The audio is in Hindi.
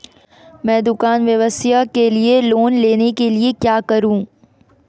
मैं दुकान व्यवसाय के लिए लोंन लेने के लिए क्या करूं?